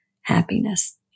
happiness